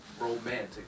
romantic